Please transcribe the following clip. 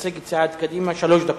מייצג את סיעת קדימה, שלוש דקות.